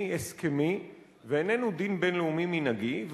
הסכמי ואיננה דין בין-לאומי מנהגי,